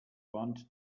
want